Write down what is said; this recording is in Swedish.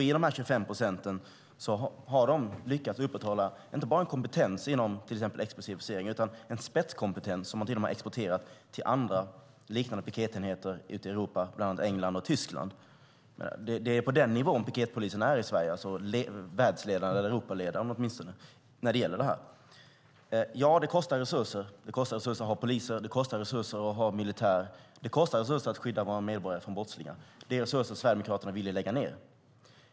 I de 25 procenten har den lyckats upprätthålla inte bara en kompetens inom till exempel explosiv forcering utan en spetskompetens som man till och med har exporterat till andra liknande piketenheter ute i Europa, bland annat i England och Tyskland. Det är på den nivån piketpolisen är i Sverige. Den är åtminstone Europaledande när det gäller detta. Det kostar resurser att ha poliser, det kostar resurser att ha militär och det kostar resurser att skydda våra medborgare från brottslingar. Det är resurser som Sverigedemokraterna vill lägga ned.